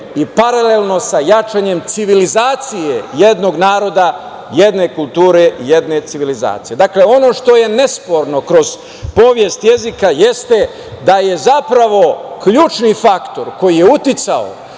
i paralelno sa jačanjem civilizacije jednog naroda, jedne kulture, jedne civilizacije. Dakle, ono što je nesporno kroz povest jezika jeste da je zapravo ključni faktor koji je uticao